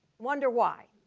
wonder why?